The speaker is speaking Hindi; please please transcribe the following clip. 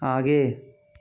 आगे